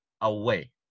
away